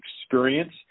experience